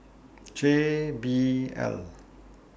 J B L